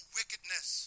wickedness